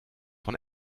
von